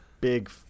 big